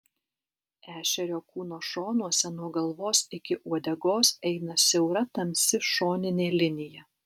ešerio kūno šonuose nuo galvos iki uodegos eina siaura tamsi šoninė linija